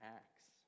acts